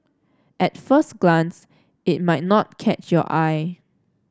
at first glance it might not catch your eye